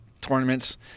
tournaments